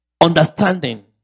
understanding